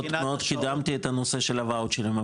מאוד קידמתי את הנושא של הוואוצ'רים,